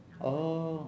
oh